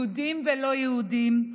יהודים ולא יהודים,